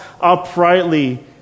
uprightly